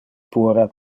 puera